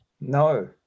No